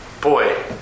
boy